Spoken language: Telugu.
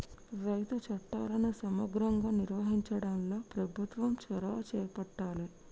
రైతు చట్టాలను సమగ్రంగా నిర్వహించడంలో ప్రభుత్వం చొరవ చేపట్టాలె